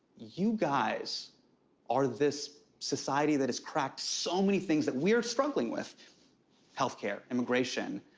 you guys are this society that has cracked so many things that we are struggling with health care, immigration.